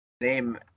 name